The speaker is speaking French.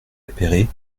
appéré